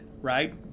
right